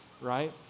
right